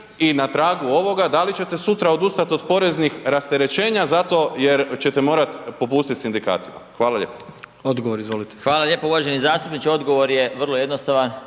I na tragu ovoga, da li ćete sutra odustati od poreznih rasterećenja zato jer ćete morati popustiti sindikatima? Hvala lijepo. **Jandroković, Gordan (HDZ)** Odgovor, izvolite. **Marić, Zdravko** Hvala lijepo. Uvaženi zastupniče, odgovor je vrlo jednostavan,